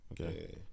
Okay